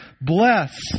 bless